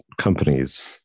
companies